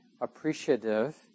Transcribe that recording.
appreciative